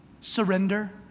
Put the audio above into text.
surrender